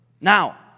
now